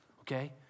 okay